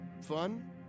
fun